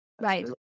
Right